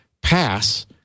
pass